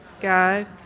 God